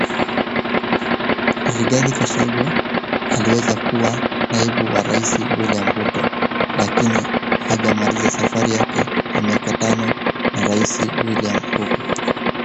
Rigathi Gachagua aliweza kuwa naibu wa rais Wiliam Ruto lakini hajamaliza safari yake ya miaka tano na rais Wiliam Ruto.